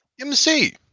MC